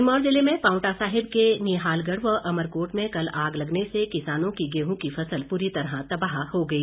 आग सिरमौर जिले में पांवटा साहिब के निहालगढ़ व अमरकोट में कल आग लगने से किसानों की गेहूं की फसल पूरी तरह तबाह हो गई